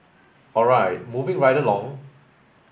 all right moving right along